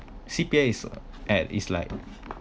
C_P_F is at is like